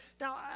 Now